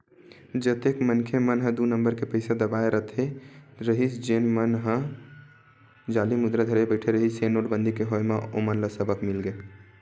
जतेक मनखे मन ह दू नंबर के पइसा दबाए रखे रहिस जेन मन ह जाली मुद्रा धरे बइठे रिहिस हे नोटबंदी के होय म ओमन ल सबक मिलिस